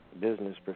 business